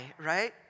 right